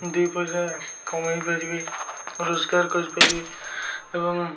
ଦୁଇ ପଇସା କମେଇ ପାରିବେ ରୋଜଗାର କରିପାରିବେ ଏବଂ